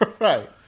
Right